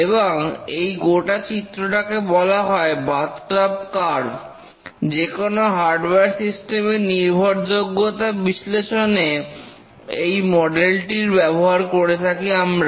এবং এই গোটা চিত্রটাকে বলা হয় বাথটাব কার্ভ যেকোনো হার্ডওয়ার সিস্টেম এর নির্ভরযোগ্যতা বিশ্লেষণে এই মডেলটির ব্যবহার করে থাকি আমরা